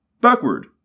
backward